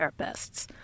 Therapists